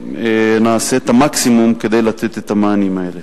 ונעשה את המקסימום כדי לתת את המענים האלה.